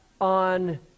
on